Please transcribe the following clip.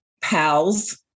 pals